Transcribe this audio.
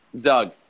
Doug